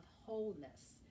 wholeness